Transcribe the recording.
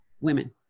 women